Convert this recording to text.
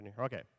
okay